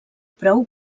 prou